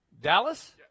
Dallas